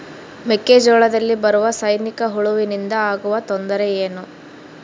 ಮೆಕ್ಕೆಜೋಳದಲ್ಲಿ ಬರುವ ಸೈನಿಕಹುಳುವಿನಿಂದ ಆಗುವ ತೊಂದರೆ ಏನು?